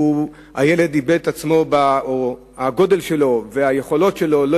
כשהילד איבד את עצמו או כשהגודל שלו והיכולות שלו לא